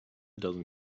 dozen